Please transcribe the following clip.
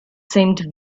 seemed